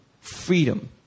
freedom